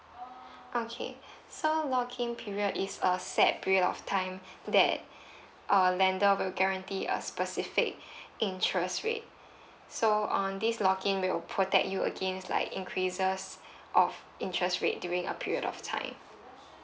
okay so lock in period is a set period of time that err lender will guarantee a specific interest rate so on this lock in we will protect you against like increases of interest rate during a period of time